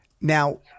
Now